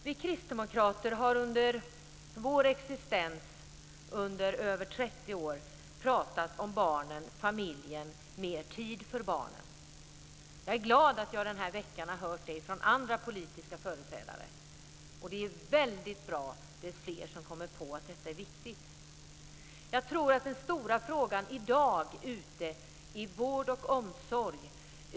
Vi kristdemokrater har under vår existens, under över 30 år, pratat om barnen, familjen och mer tid för barnen. Jag är glad att jag den här veckan har hört det från andra politiska företrädare. Det är väldigt bra ju fler som kommer på att detta är viktigt. Jag tror att det är den stora frågan i dag ute i vård och omsorg.